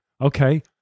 Okay